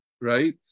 right